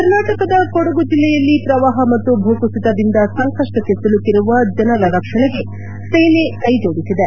ಕರ್ನಾಟಕದ ಕೊಡಗು ಜಿಲ್ಲೆಯಲ್ಲಿ ಪ್ರವಾಹ ಮತ್ತು ಭೂಕುಸಿತದಿಂದ ಸಂಕಷ್ಷಕ್ಷೆ ಸಿಲುಕಿರುವ ಜನರ ರಕ್ಷಣೆಗೆ ಸೇನೆ ಕೈಜೋಡಿಸಿದೆ